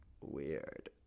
Weird